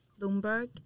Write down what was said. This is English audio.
Bloomberg